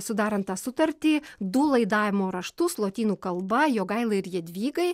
sudarant tą sutartį du laidavimo raštus lotynų kalba jogailai ir jadvygai